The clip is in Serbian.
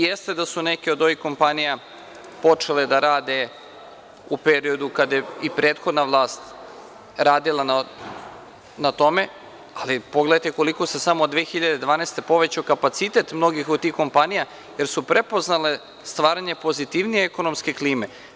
Jeste da su neke od ovih kompanija počele da rade u periodu kada je i prethodna vlast radila na tome, ali pogledajte koliko se samo od 2012. godine povećao kapacitet mnogih od tih kompanija, jer su prepoznale stvaranje pozitivnije ekonomske klime.